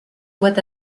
voit